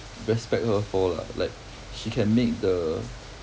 respect her for lah like she can make the